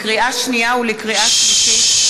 לקריאה שנייה ולקריאה שלישית: